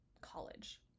college